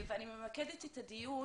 אני ממקדת את הדיון.